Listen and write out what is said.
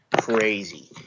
crazy